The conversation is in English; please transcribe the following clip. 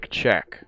check